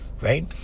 right